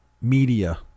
media